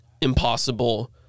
impossible